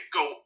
go